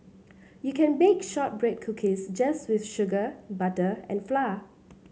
you can bake shortbread cookies just with sugar butter and flour